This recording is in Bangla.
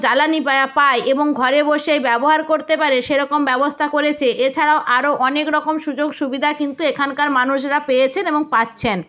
জ্বালানি পায় এবং ঘরে বসেই ব্যবহার করতে পারে সেরকম ব্যবস্থা করেছে এছাড়াও আরো অনেক রকম সুযোগ সুবিধা কিন্তু এখানকার মানুষরা পেয়েছেন এবং পাচ্ছেন